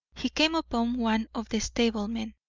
he came upon one of the stablemen.